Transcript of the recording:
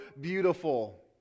beautiful